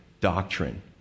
doctrine